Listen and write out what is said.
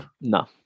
No